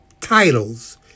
titles